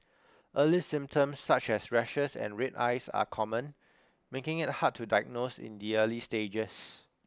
early symptoms such as rashes and red eyes are common making it hard to diagnose in the early stages